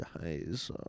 guys